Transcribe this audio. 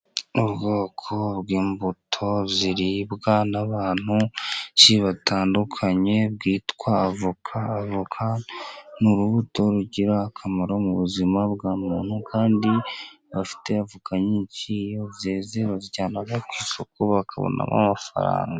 Ubwoko bw'imbuto ziribwa n'abantu benshi batandukanye bwitwa avoka. Avoka ni urubuto rugira akamaro mu buzima bwa muntu, kandi abafite avoka nyinshi iyo zeze bazijyana ku isoko bakabonamo amafaranga.